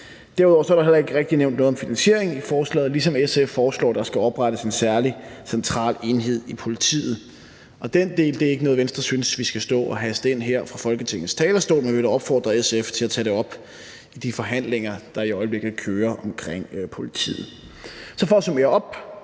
Derudover er der heller ikke rigtig nævnt noget om finansiering i forslaget, ligesom SF foreslår, at der skal oprettes en særlig central enhed i politiet. Den del er ikke noget, som Venstre synes vi skal stå og haste ind her fra Folketingets talerstol, men vi vil da opfordre SF til at tage det op i de forhandlinger, der i øjeblikket kører om politiet. Så for at summere op: